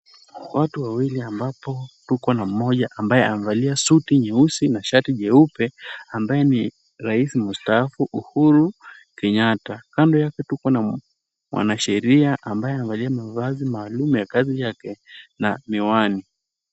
Watu wawili ambapo tuko na mmoja ambaye amevalia suti nyeusi na shati jeupe, ambaye ni rais mstaafu Uhuru Kenyatta. Kando yake tuko na mwanasheria ambaye amevalia mavazi maalum ya kazi yake na miwani.